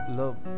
love